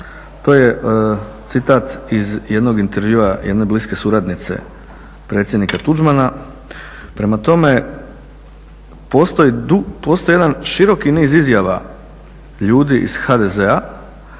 To je citat iz jednog intervjua jedne bliske suradnice predsjednika Tuđmana. Prema tome, postoji jedan široki niz izjava ljudi iz HDZ-a